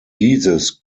dieses